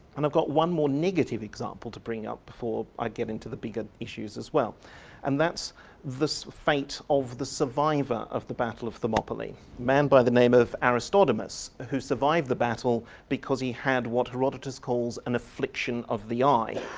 and i've got one more negative example to bring up before i get into the bigger issues as well and that's the so fate of the survivor of the battle of thermopylae, a man by the name of aristodemus who survived the battle because he had what herodotus calls an affliction of the eye.